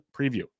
preview